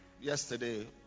yesterday